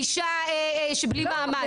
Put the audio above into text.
אישה בלי מעמד,